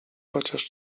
chociaż